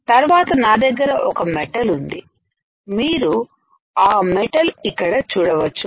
తర్వాత నాదగ్గర ఒక మెటల్ ఉంది మీరు ఆ మెటల్ ఇక్కడ చూడవచ్చు